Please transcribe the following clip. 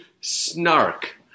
snark